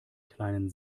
kleinen